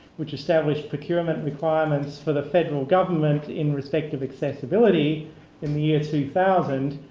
which established procurement requirements for the federal government in respect of accessibility in the year two thousand,